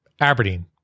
Aberdeen